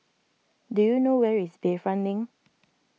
do you know where is Bayfront Link